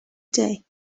day